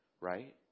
Right